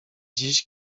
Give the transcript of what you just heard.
dziś